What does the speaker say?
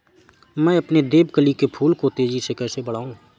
मैं अपने देवकली के फूल को तेजी से कैसे बढाऊं?